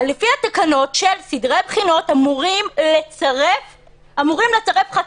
לפי התקנות של סדרי בחינות אמורים לצרף חקיקה.